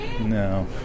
no